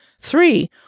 Three